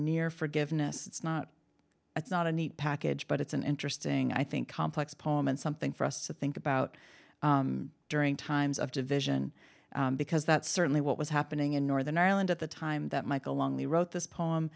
near forgiveness it's not it's not a neat package but it's an interesting i think complex poem and something for us to think about during times of division because that's certainly what was happening in northern ireland at the time that michael longly wrote this p